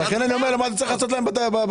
לכן אני אומר למה צריך להודיע להם בתחנות.